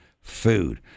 food